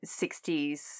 60s